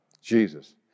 Jesus